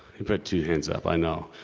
you put two hands up, i know.